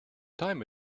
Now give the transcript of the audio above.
time